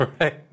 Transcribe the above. right